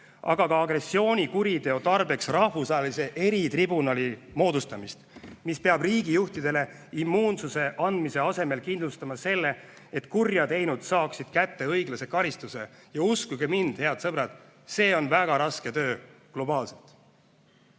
aga ka agressioonikuriteo tarbeks rahvusvahelise eritribunali moodustamist, mis peab riigijuhtidele immuunsuse andmise asemel kindlustama selle, et kurja teinud saaksid õiglase karistuse. Ja uskuge mind, head sõbrad, see on väga raske töö globaalselt.